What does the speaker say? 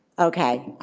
okay,